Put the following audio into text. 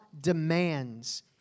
demands